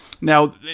Now